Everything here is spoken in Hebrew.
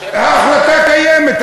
ההחלטה קיימת,